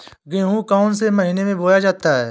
गेहूँ कौन से महीने में बोया जाता है?